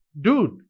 dude